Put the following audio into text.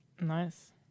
Nice